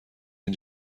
این